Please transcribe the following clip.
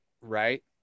right